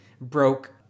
broke